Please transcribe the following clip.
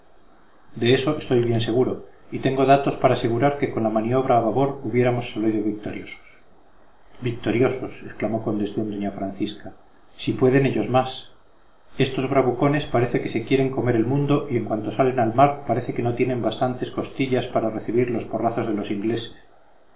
de eso estoy bien seguro y tengo datos para asegurar que con la maniobra a babor hubiéramos salido victoriosos victoriosos exclamó con desdén doña francisca si pueden ellos más estos bravucones parece que se quieren comer el mundo y en cuanto salen al mar parece que no tienen bastantes costillas para recibir los porrazos de los ingleses